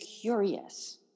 curious